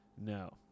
No